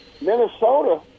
Minnesota